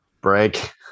break